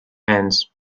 hands